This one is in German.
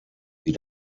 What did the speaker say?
wie